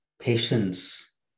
patience